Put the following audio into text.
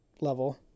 level